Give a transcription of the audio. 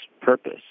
purpose